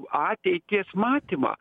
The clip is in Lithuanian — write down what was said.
ateities matymą